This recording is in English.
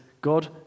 God